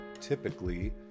typically